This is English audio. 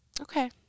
Okay